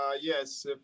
Yes